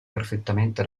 perfettamente